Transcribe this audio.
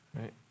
right